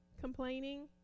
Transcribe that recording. complaining